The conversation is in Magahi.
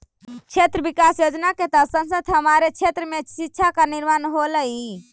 क्षेत्र विकास योजना के तहत संसद हमारे क्षेत्र में शिक्षा का निर्माण होलई